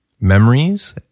Memories